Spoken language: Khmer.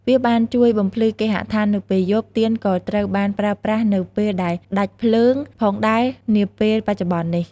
វាបានជួយបំភ្លឺគេហដ្ឋាននៅពេលយប់ ទៀនក៏ត្រូវបានប្រើប្រាស់នៅពេលដែលដាច់ភ្លើងផងដែរនាពេលបច្ចុប្បន្ននេះ។